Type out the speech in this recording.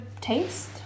taste